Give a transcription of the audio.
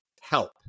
help